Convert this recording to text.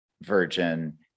virgin